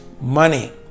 money